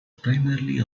primarily